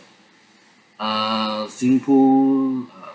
a swimming pool a